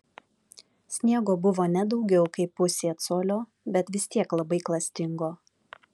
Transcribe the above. sniego buvo ne daugiau kaip pusė colio bet vis tiek labai klastingo